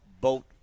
boat